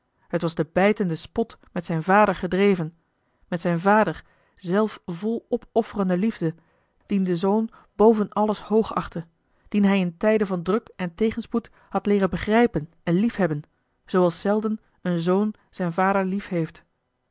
het was de bijtende spot met zijn vader gedreven met zijn vader zelf vol opofferende liefde dien de zoon boven alles hoogachtte dien hij in tijden van druk en tegenspoed had leeren begrijpen en liefhebben zooals zelden een zoon zijn vader liefheeft